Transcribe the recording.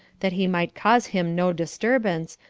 that he might cause him no disturbance,